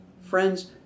friends